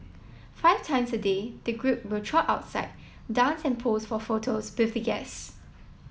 five times a day the group will trot outside dance and pose for photos with the guests